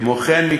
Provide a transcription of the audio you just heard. כמו כן,